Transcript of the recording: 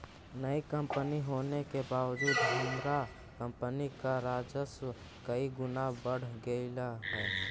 नई कंपनी होने के बावजूद हमार कंपनी का राजस्व कई गुना बढ़ गेलई हे